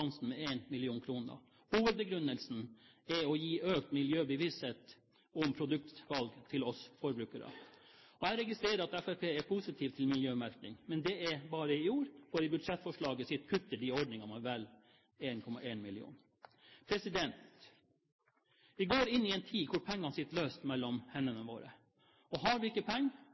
Blomsten med 1 mill. kr. Hovedbegrunnelsen er å gi økt miljøbevissthet om produktvalg til oss forbrukere. Jeg registrerer at Fremskrittspartiet er positiv til miljømerking, men det er bare i ord, for i budsjettforslaget sitt kutter de i ordningene med vel 1,1 mill. kr. Vi går inn i en tid da pengene sitter løst mellom hendene våre, og har vi ikke penger,